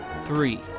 Three